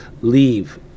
leave